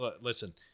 Listen